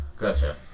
Gotcha